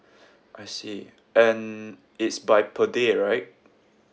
I see and it's by per day right